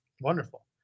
wonderful